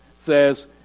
Says